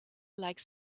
like